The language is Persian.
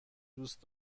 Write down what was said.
دوست